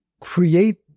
create